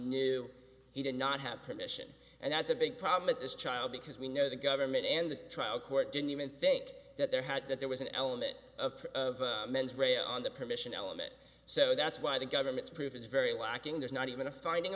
knew he did not have permission and that's a big problem it is child because we know the government and the trial court didn't even think that there had that there was an element of mens rea on the permission element so that's why the government's proof is very lacking there's not even a finding